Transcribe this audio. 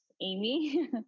amy